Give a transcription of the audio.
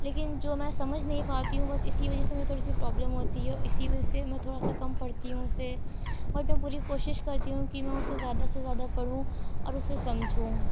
لیکن جو میں سمجھ نہیں پاتی ہوں بس اسی وجہ سے میں تھوڑی سی پرابلم ہوتی ہے اسی وجہ سے میں تھوڑا سا کم پڑھتی ہوں اسے اور تو پوری کوشش کرتی ہوں کی میں اسے زیادہ سے زیادہ پڑھوں اور اسے سمجھوں